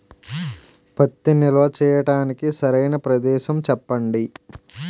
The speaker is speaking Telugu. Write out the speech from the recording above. పత్తి నిల్వ చేయటానికి సరైన ప్రదేశం చెప్పండి?